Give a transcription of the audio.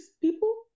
people